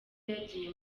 yagiye